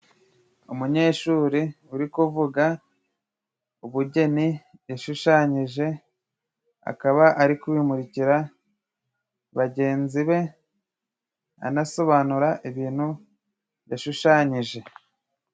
Umunyeshuri uri kuvuga ubugeni yashushanyije ,akaba ari kubimurikira bagenzi be, anasobanura ibintu yashushanyije.